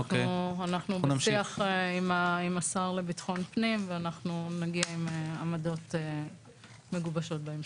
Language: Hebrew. אנחנו בשיח עם שר לביטחון פנים ונגיע עם עמדות מגובשות בהמשך.